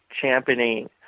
championing